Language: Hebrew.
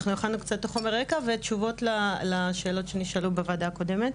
אנחנו הכנו קצת את חומר הרקע ותשובות שנשאלו בוועדה הקודמת.